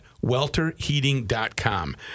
Welterheating.com